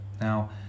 Now